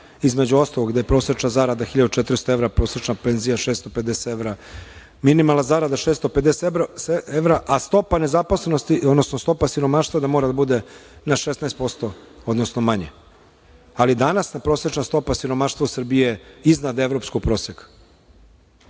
između ostalog da je prosečna zarada 1400 evra, prosečna penzija 650 evra. minimalna zarada 650 evra, a stopa nezaposlenosti, odnosno stopa siromaštva da mora da bude na 16%, odnosno manja. Danas prosečna stopa siromaštva u Srbiji je iznad evropskog proseka.